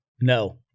No